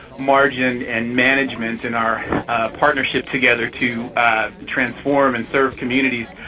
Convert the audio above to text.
margin, and management in our partnership together to transform and serve communities.